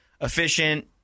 Efficient